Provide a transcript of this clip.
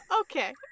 Okay